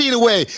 away